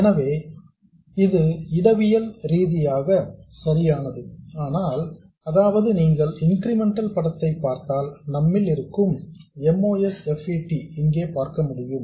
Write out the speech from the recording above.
எனவே இது இடவியல் ரீதியாக சரியானது அதாவது நீங்கள் இன்கிரிமெண்டல் படத்தை பார்த்தால் நம்மிடம் இருக்கும் MOSFET இங்கே பார்க்க முடியும்